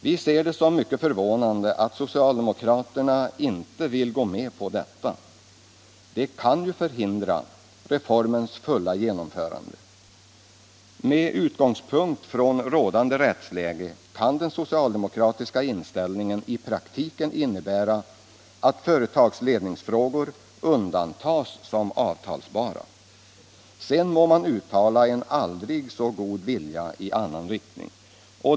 Vi ser det som mycket förvånande att socialdemokraterna inte vill gå med på detta. Det kan ju förhindra reformens fulla genomförande. Med utgångspunkt i rådande rättsläge kan den socialdemokratiska inställningen i praktiken innebära att företagsledningsfrågor undantas som avtalsbara. Sedan må man uttala en aldrig så god vilja i annan riktning.